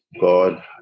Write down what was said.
God